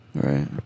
Right